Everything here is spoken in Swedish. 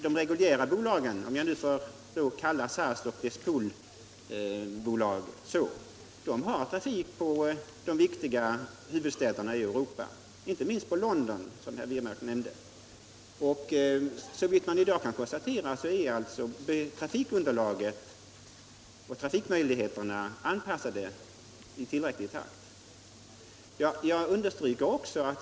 De reguljära bolagen har trafik på de viktiga huvudstäderna i Europa, inte minst på London, som herr Wirmark nämnde. Såvitt man i dag kan konstatera är trafikunderlaget och trafikmöjligheterna i tillräcklig takt anpassade till dessa.